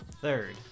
Third